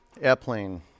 Airplane